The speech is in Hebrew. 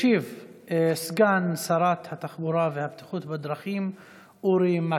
ישיב סגן שרת התחבורה והבטיחות בדרכים אורי מקלב,